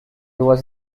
was